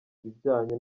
ibijyanye